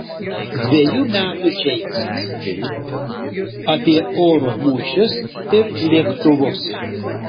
dvejų metų džeimsas apie oro mūšius ir lėktuvus